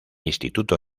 instituto